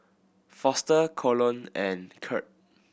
Foster Colon and Kirt